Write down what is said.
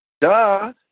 duh